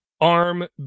arm